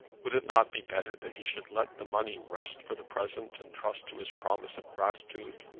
would it not be better that he should let the money rest for the present, and trust to his promise of gratitude?